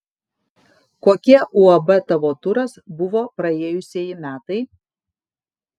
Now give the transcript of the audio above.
kokie uab tavo turas buvo praėjusieji metai